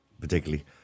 particularly